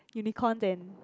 Unicorn and